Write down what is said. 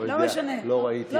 לא יודע, לא ראיתי.